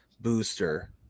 booster